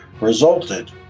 resulted